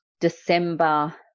December